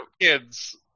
kids